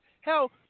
Hell